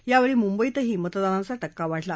यावेळी मुंबईतही मतदानाचा टक्का वाढला